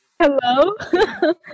Hello